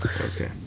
Okay